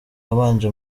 wabanje